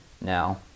now